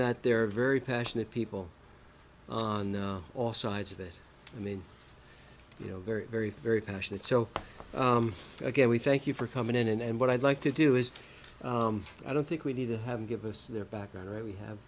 that there are very passionate people on all sides of it i mean you know very very very passionate so again we thank you for coming in and what i'd like to do is i don't think we need to have give us their background right we have